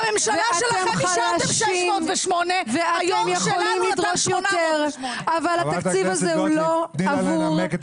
בממשלה שלכם אישרתם 608. היו"ר שלנו נתן 800. אתם יכולים לדרוש יותר אבל התקציב הזה הוא לא עבור